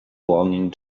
belonging